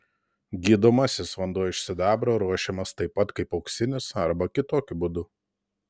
gydomasis vanduo iš sidabro ruošiamas taip pat kaip auksinis arba kitokiu būdu